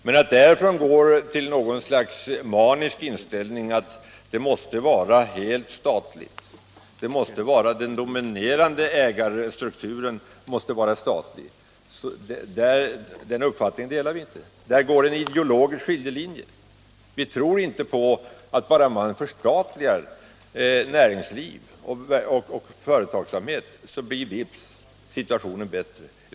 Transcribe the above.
Men att ha något slags manisk inställning och tro att den dominerande ägarstrukturen måste vara statlig är något annat. Den uppfattningen kan vi inte dela. Här går en ideologisk skiljelinje. Vi tror inte på att bara man förstatligar näringsliv och företagsamhet blir situationen bättre.